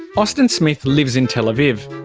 austin smith lives in tel aviv.